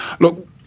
Look